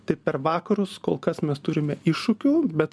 tai per vakarus kol kas mes turime iššūkių bet